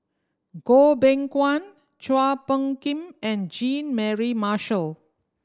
Goh Beng Kwan Chua Phung Kim and Jean Mary Marshall